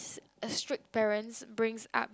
a strict parents brings up